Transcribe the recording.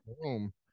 Boom